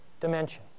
dimension